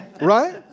right